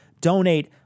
donate